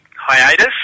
hiatus